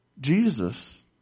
Jesus